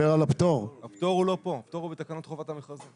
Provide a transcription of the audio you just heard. הפטור הוא לא פה, הפטור הוא בתקנות חובת המכרזים.